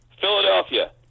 Philadelphia